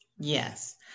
Yes